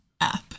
app